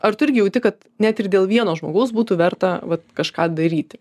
ar tu irgi jauti kad net ir dėl vieno žmogaus būtų verta vat kažką daryti